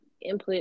input